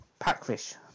Packfish